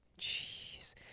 Jeez